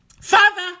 Father